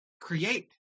create